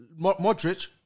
Modric